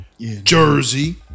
Jersey